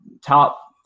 top